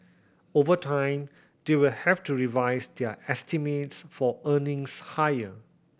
over time they will have to revise their estimates for earnings higher